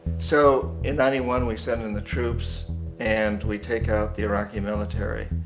so, in ninety one, we send in the troops and we take out the iraqi military.